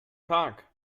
tag